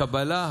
הקבלה,